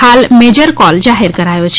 હાલ major call જાહેર કરાયો છે